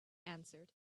answered